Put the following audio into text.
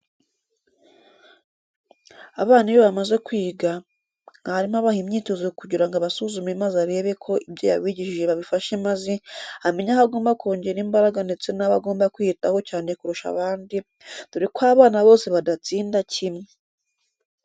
Abana iyo bamaze kwiga, mwarimu abaha imyitozo kugira ngo abasuzume maze arebe ko ibyo yabigishije babifashe maze amenye aho agomba kongera imbaraga ndetse n'abo agomba kwitaho cyane kurusha abandi, dore ko abana bose badatsinda kimwe.